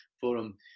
forum